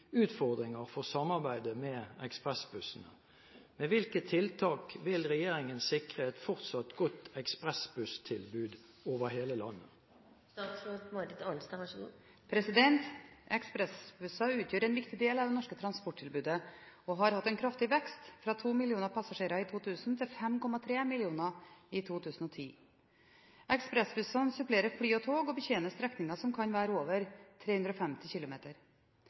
utfordringer for samarbeid med ekspressbussene. Med hvilke tiltak vil regjeringen sikre et fortsatt godt ekspressbusstilbud over hele landet?» Ekspressbusser utgjør en viktig del av det norske transporttilbudet og har hatt en kraftig vekst fra 2 millioner passasjerer i 2000 til 5,3 millioner i 2010. Ekspressbussene supplerer fly og tog og betjener strekninger som kan være over 350 km.